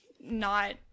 not-